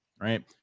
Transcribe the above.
right